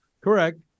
Correct